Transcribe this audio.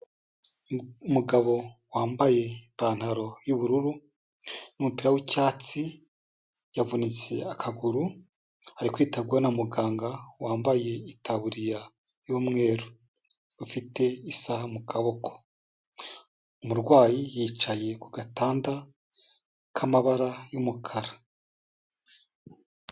Umugabo wambaye ipantaro y'ubururu n'umupira w'icyatsi yavunitse akaguru ari kwitabwaho na muganga wambaye itaburiya y'umweru, ufite isaha mu kaboko, umurwayi yicaye ku gatanda k'amabara y'umukara.